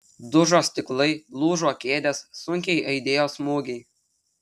dužo stiklai lūžo kėdės sunkiai aidėjo smūgiai